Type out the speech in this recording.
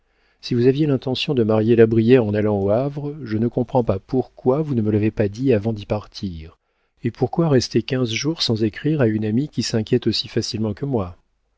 si vous aviez l'intention de marier la brière en allant au havre je ne comprends pas pourquoi vous ne me l'avez pas dit avant d'y partir et pourquoi rester quinze jours sans écrire à une amie qui s'inquiète aussi facilement que moi